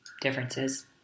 differences